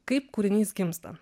kaip kūrinys gimsta